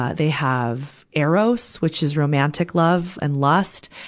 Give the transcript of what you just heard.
ah they have eros, which is romantic love and lust.